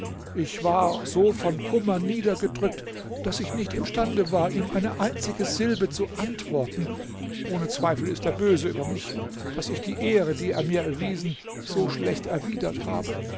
ich war so von kummer niedergedrückt daß ich nicht imstande war ihm eine einzige silbe zu antworten ohne zweifel ist er böse über mich daß ich die ehre die er mir erwiesen so schlecht erwidert habe